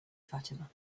fatima